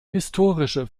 historische